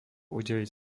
udeliť